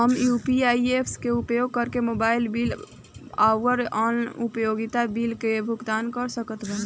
हम UPI apps के उपयोग करके मोबाइल बिल आउर अन्य उपयोगिता बिलन के भुगतान कर सकत बानी